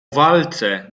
walce